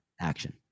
action